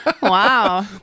Wow